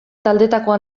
taldetakoa